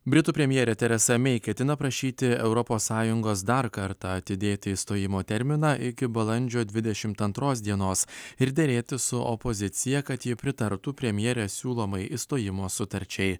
britų premjerė teresa mei ketina prašyti europos sąjungos dar kartą atidėti išstojimo terminą iki balandžio dvidešimt antros dienos dienos ir derėtis su opozicija kad ji pritartų premjerės siūlomai išstojimo sutarčiai